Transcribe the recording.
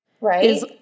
right